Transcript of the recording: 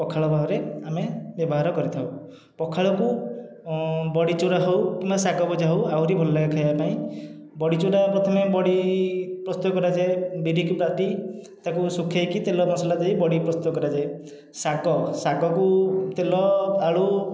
ପଖାଳ ଭାବରେ ଆମେ ବ୍ୟବହାର କରିଥାଉ ପଖାଳକୁ ବଡ଼ିଚୁରା ହେଉ କିମ୍ବା ଶାଗଭଜା ହେଉ ଆହୁରି ଭଲ ଲାଗେ ଖାଇବାପାଇଁ ବଡ଼ିଚୁରା ପ୍ରଥମେ ବଡ଼ି ପ୍ରସ୍ତୁତ କରାଯାଏ ବିରିକି ବାଟି ତାକୁ ସୁଖେଇକି ତେଲ ମସଲା ଦେଇ ବଡ଼ି ପ୍ରସ୍ତୁତ କରାଯାଏ ଶାଗ ଶାଗକୁ ତେଲ ଆଳୁ